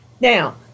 Now